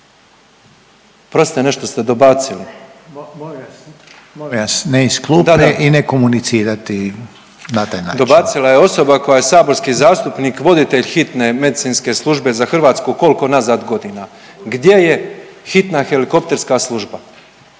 **Petrov, Božo (MOST)** Dobacila je osoba koja je saborski zastupnik voditelj Hitne medicinske službe za Hrvatsku kolko nazad godina, gdje je hitna helikopterska služba?